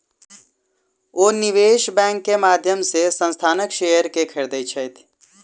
ओ निवेश बैंक के माध्यम से संस्थानक शेयर के खरीदै छथि